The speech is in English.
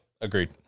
agreed